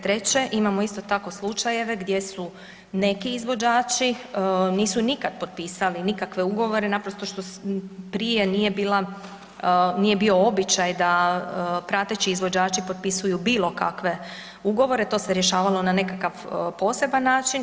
Treće, imamo isto tako slučajeve gdje su neki izvođači nisu nikad potpisali nikakve ugovore naprosto što prije nije bio običaj da prateći izvođači potpisuju bilo kakve ugovore, to se rješavalo na nekakav poseban način.